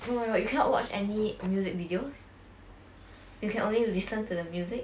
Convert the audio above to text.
oh my god you cannot watch any music videos you can only listen to the music